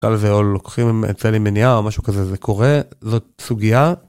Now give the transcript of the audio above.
ואו לוקחים את זה למניעה או משהו כזה, זה קורה, זאת סוגיה.